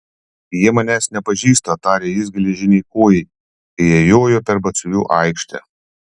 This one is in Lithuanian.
jie manęs nepažįsta tarė jis geležinei kojai kai jie jojo per batsiuvių aikštę